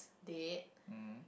date